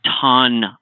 ton